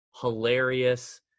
hilarious